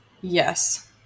Yes